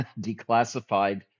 declassified